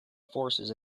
forces